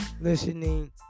listening